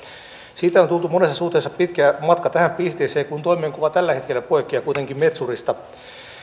siitä on tultu monessa suhteessa pitkä matka tähän pisteeseen kun toimenkuvani tällä hetkellä poikkeaa kuitenkin metsurista